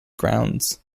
grounds